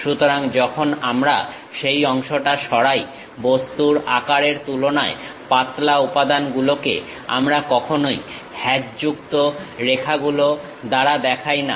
সুতরাং যখন আমরা সেই অংশটা সরাই বস্তুর আকারের তুলনায় পাতলা উপাদানগুলোকে আমরা কখনোই হ্যাচযুক্ত রেখাগুলো দ্বারা দেখাই না